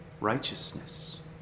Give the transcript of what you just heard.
Righteousness